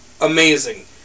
amazing